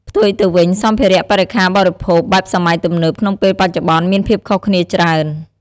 ផ្ទុយទៅវិញ សម្ភារៈបរិក្ខារបរិភោគបែបសម័យទំនើបក្នុងពេលបច្ចុប្បន្ន មានភាពខុសគ្នាច្រើន។